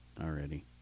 already